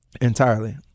entirely